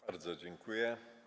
Bardzo dziękuję.